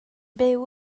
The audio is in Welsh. byw